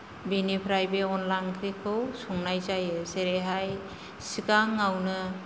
बेनिफ्राय बे अनद्ला ओंख्रिखौ संनाय जायो जेरैहाय सिगाङावनो